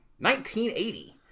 1980